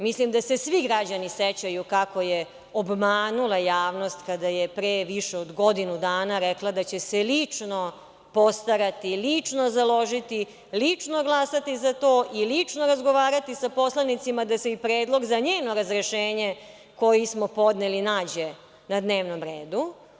Mislim da se svi građani sećaju kako je obmanula javnost, kada je pre više od godina dana rekla, da će se lično postarati, lično založiti, lično glasati za to i lično razgovarati sa poslanicima da se i predlog za njeno razrešenje, koje smo podneli nađe na dnevnom redu.